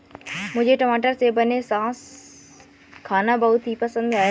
मुझे टमाटर से बने सॉस खाना बहुत पसंद है राजू